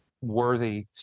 worthy